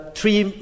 three